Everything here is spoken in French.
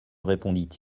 répondit